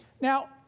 Now